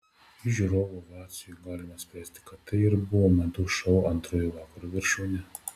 iš žiūrovų ovacijų galima spręsti kad tai ir buvo madų šou antrojo vakaro viršūnė